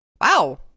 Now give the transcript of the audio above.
Wow